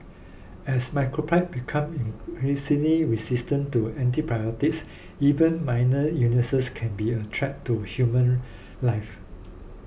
as microbes become increasingly resistant to antibiotics even minor illnesses can be a threat to human life